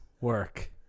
work